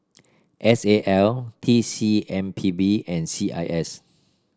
S A L T C M P B and C I S